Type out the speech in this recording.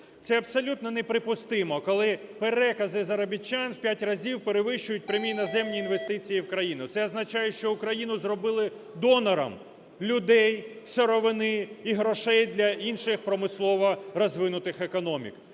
Це абсолютно неприпустимо, коли перекази заробітчан в 5 разів перевищують прямі іноземні інвестиції в країну. Це означає, що Україну зробили донором людей, сировини і грошей для інших промислово розвинутих економік.